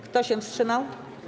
Kto się wstrzymał?